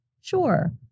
Sure